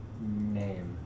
name